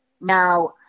Now